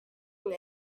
name